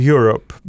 Europe